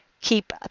Keep